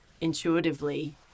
intuitively